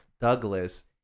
Douglas